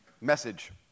message